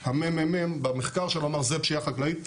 הממ"מ במחקר שלו אמר - זו פשיעה חקלאית,